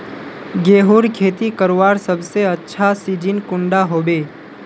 गेहूँर खेती करवार सबसे अच्छा सिजिन कुंडा होबे?